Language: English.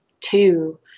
two